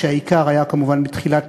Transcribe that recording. והעיקר היה כמובן בתחילת